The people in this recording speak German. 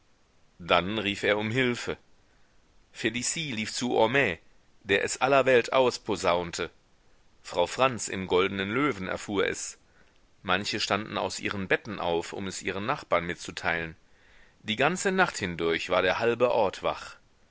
dann rief er um hilfe felicie lief zu homais der es aller welt ausposaunte frau franz im goldenen löwen erfuhr es manche standen aus ihren betten auf um es ihren nachbarn mitzuteilen die ganze nacht hindurch war der halbe ort wach